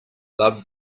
love